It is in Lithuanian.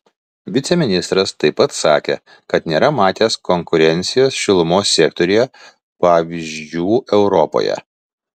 viceministras taip pat sakė kad nėra matęs konkurencijos šilumos sektoriuje pavyzdžių europoje